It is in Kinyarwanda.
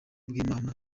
bw’imana